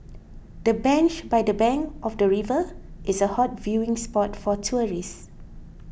the bench by the bank of the river is a hot viewing spot for tourists